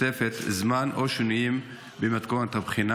1. האם משרד החינוך מתכוון להעניק תוספת זמן או שינויים במתכונת הבחינה?